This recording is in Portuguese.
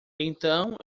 então